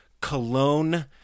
Cologne